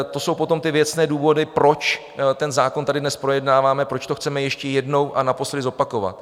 To jsou potom ty věcné důvody, proč ten zákon tady dnes projednáváme, proč to chceme ještě jednou a naposledy zopakovat.